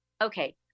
okay